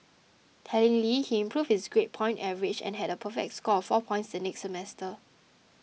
tellingly he improved his grade point average and had a perfect score of four points the next semester